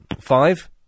Five